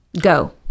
Go